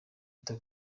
bita